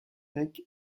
grecque